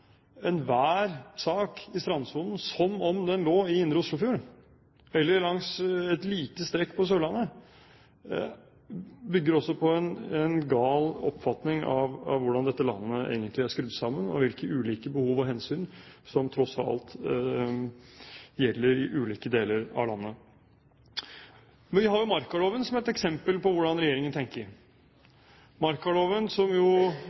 enhver sak i strandsonen som om den lå i Indre Oslofjord eller langs et lite strekk på Sørlandet, bygger også på en gal oppfatning av hvordan dette landet egentlig er skrudd sammen, og hvilke ulike behov og hensyn som tross alt gjelder i ulike deler av landet. Vi har jo markaloven som et eksempel på hvordan regjeringen